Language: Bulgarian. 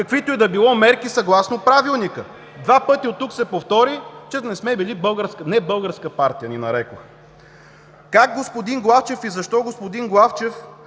каквито и да било мерки съгласно Правилника, два пъти от тук се повтори – небългарска партия ни нарекоха. Как господин Главчев и защо господин Главчев